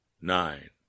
nine